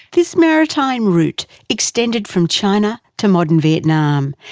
this maritime route extended from china to modern vietnam,